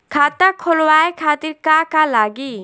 खाता खोलवाए खातिर का का लागी?